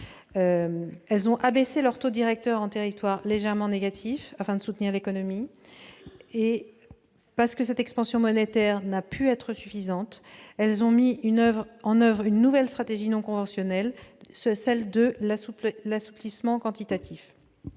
Elles ont abaissé leurs taux directeurs en territoire légèrement négatif afin de soutenir l'économie. Ensuite, parce que cette expansion monétaire n'a pu être suffisante, elles ont mis en oeuvre une nouvelle stratégie non conventionnelle, à savoir l'assouplissement quantitatif.